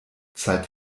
zeit